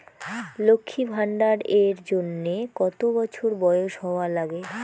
লক্ষী ভান্ডার এর জন্যে কতো বছর বয়স হওয়া লাগে?